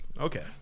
okay